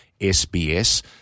SBS